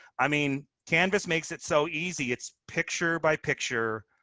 i mean, canvas makes it so easy. it's picture by picture,